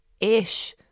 ish